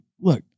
look